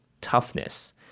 toughness